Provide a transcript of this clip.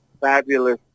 fabulous